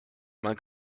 man